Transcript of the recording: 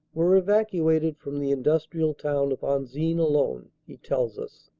were evacuated from the industrial town of anzin alone, he tells us,